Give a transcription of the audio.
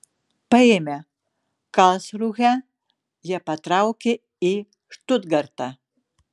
paėmę karlsrūhę jie patraukė į štutgartą